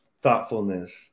thoughtfulness